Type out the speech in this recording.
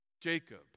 Jacob